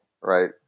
right